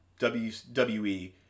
WWE